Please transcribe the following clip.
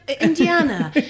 Indiana